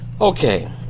Okay